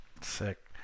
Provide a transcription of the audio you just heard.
sick